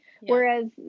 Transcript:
Whereas